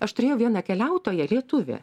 aš turėjau vieną keliautoją lietuvį